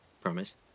Promise